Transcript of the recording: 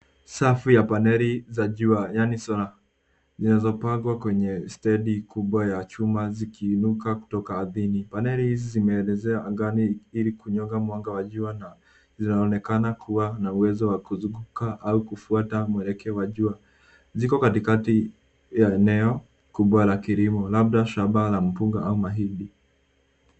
Safu ya paneli ya jua yaani solar zinazopangwa kwenye stedi kubwa ya chuma zikiinuka kutoka ardhini. Paneli hizi zimeonelea angani ili kupata mwanga wa jua na zinaonekana kuwa na uwezo wa kuzunguka ama kufuata mwelekeo wa jua. Ziko katikati ya eneo kubwa la kilimo, labda shamba la mpunga au mahindi.